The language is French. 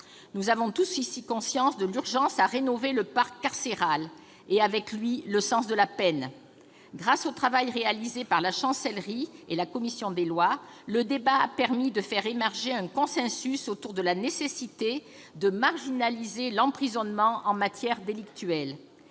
en avons conscience, il est urgent de rénover le parc carcéral, et avec lui, le sens de la peine. Grâce au travail accompli par la Chancellerie et par la commission des lois, le débat a permis de faire émerger un consensus autour de la nécessité de marginaliser l'emprisonnement en matière délictuelle.